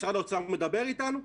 משרד האוצר מדבר איתנו?